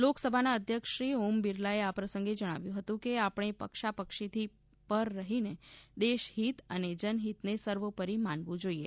લોકસભાના અધ્યક્ષ શ્રી ઓમ બિરલાએ આ પ્રસંગે જણાવ્યું હતું કે આપણે પક્ષાપક્ષીથી પર રહીને દેશ હિત અને જનહિતને સર્વોપરી માનવું જોઇએ